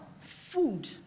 food